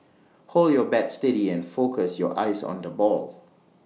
hold your bat steady and focus your eyes on the ball